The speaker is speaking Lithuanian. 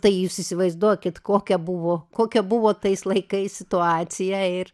tai jūs įsivaizduokit kokia buvo kokia buvo tais laikais situacija ir